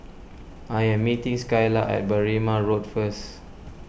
I am meeting Skylar at Berrima Road first